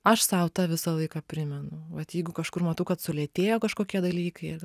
aš sau tą visą laiką primenu vat jeigu kažkur matau kad sulėtėjo kažkokie dalykai